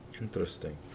interesting